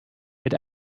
mit